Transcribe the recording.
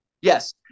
Yes